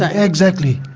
ah exactly.